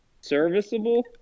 serviceable